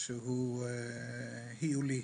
שהוא היולי.